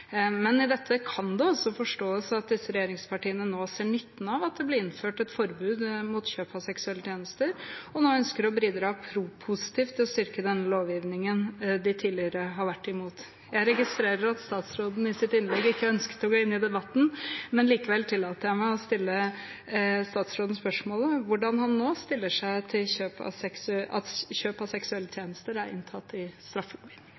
Men i dette kan det også forstås at disse regjeringspartiene nå ser nytten av at det blir innført et forbud mot kjøp av seksuelle tjenester, og at de ønsker å bidra positivt til å styrke den lovgivningen de tidligere har vært imot. Jeg registrerer at statsråden i sitt innlegg ikke ønsket å gå inn i debatten, likevel tillater jeg meg å stille statsråden spørsmålet om hvordan han nå stiller seg til at kjøp av